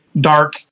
dark